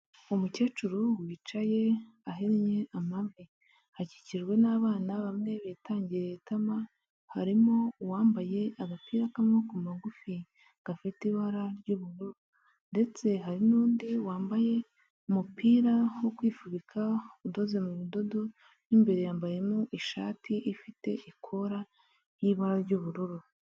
Umukecuru wicaye ahinnye amavi, akikijwe n'abana bamwe bitangiriye itama, harimo uwambaye agapira k'amaboko magufi gafite ibara ry'ubururu ndetse hari n'undi wambaye umupira wo kwifubika udoze mu budodo mo imbere yambayemo ishati ifite ikora y'ibara ry'ubururu.